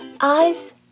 Eyes